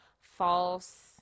false